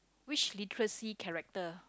which literacy character